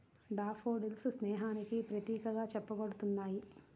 daffodils స్నేహానికి ప్రతీకగా చెప్పబడుతున్నాయి